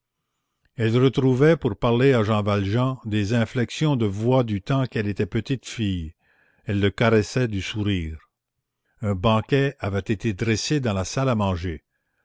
elle retrouvait pour parler à jean valjean des inflexions de voix du temps qu'elle était petite fille elle le caressait du sourire un banquet avait été dressé dans la salle à manger